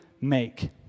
make